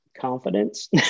Confidence